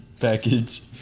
package